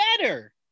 better